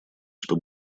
что